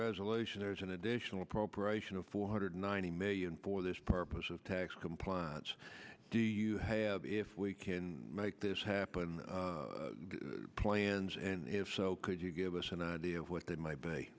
resolution there is an additional appropriation of four hundred ninety million for this purpose of tax compliance do you have if we can make this happen plans and if so could you give us an idea of what that might be